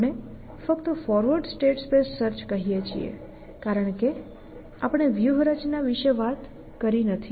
આપણે ફક્ત forward state space search કહીએ છીએ કારણ કે આપણે વ્યૂહરચના વિશે વાત કરી નથી